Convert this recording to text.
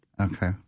Okay